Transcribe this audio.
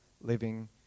living